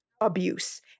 abuse